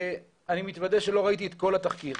אני מתוודה שלא ראיתי את כל התחקיר.